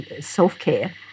self-care